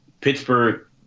Pittsburgh